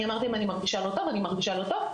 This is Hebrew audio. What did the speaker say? אמרתי להם: אני מרגישה לא טוב, אני מרגישה לא טוב.